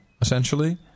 essentially